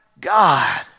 God